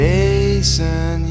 Jason